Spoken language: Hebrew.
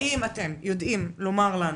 האם אתם יודעים לומר לנו